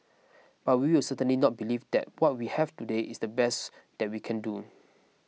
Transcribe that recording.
but we will certainly not believe that what we have today is the best that we can do